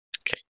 Okay